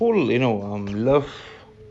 you know and love